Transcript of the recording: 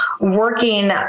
working